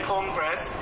Congress